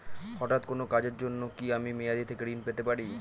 হঠাৎ কোন কাজের জন্য কি আমি মেয়াদী থেকে ঋণ নিতে পারি?